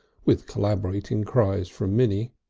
with corroborating cries from minnie.